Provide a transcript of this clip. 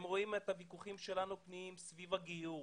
הם רואים את הוויכוחים שלנו סביב הגיור,